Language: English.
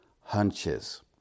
hunches